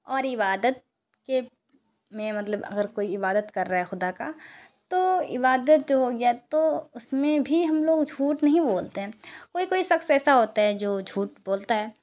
اور عبادت کے میں مطلب اگر کوئی عبادت کر رہا ہے خدا کا تو عبادت ہو گیا تو اس میں بھی ہم لوگ جھوٹ نہیں بولتے ہیں کوئی کوئی سخص ایسا ہوتا ہے جو جھوٹ بولتا ہے